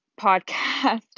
podcast